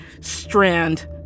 strand